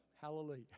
Hallelujah